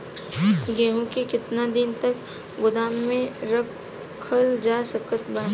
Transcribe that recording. गेहूँ के केतना दिन तक गोदाम मे रखल जा सकत बा?